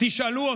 תשאלו אותנו,